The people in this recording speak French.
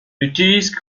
utilise